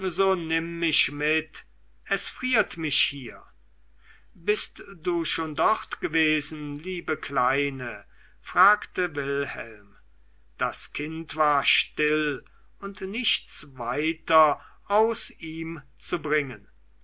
so nimm mich mit es friert mich hier bist du schon dort gewesen liebe kleine fragte wilhelm das kind war still und nichts weiter aus ihm zu bringen